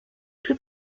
plus